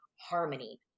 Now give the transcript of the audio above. harmony